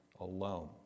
alone